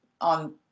on